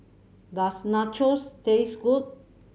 does Nachos taste good